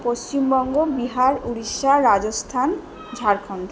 Paschimbanga Bihar Orissa Rajasthan Jharkhand